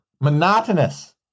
monotonous